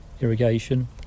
irrigation